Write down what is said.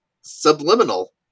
subliminal